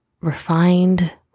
refined